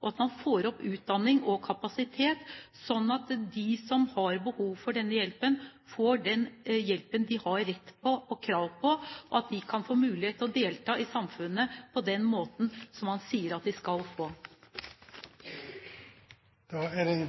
og at man får opp utdanning og kapasitet, sånn at de som har behov for denne hjelpen, får den hjelpen de har rett til og krav på, og at de kan få mulighet til å delta i samfunnet på den måten man sier at de skal. Jeg